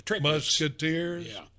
musketeers